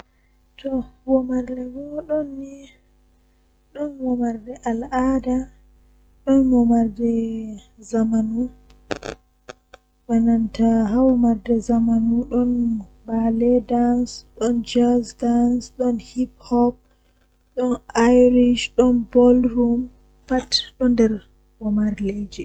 Taalel taalel jannata booyel, Woodi bingel feere ni odon mari babi nyende odon joodi tan sei babi man fuddi wolwugo ovi haa babi adon wolwa na babi wee ehe midon wolwa mi wawi wolde ko ndei bo midon nana ko awiyata, Sei ovi toh mi hebi soobajo hande kan handi en tokka yewtugo onani beldum bebi manma nani beldum, Takala mulus,